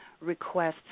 requests